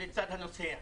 ולצד הנוסע.